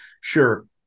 sure